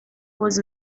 was